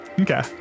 Okay